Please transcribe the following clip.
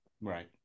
Right